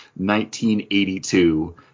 1982